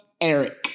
Eric